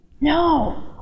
No